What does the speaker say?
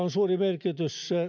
on tällä suuri merkitys